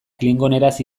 klingoneraz